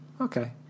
Okay